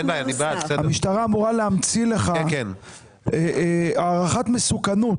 המשטרה אמורה להמציא לך הערכת מסוכנות.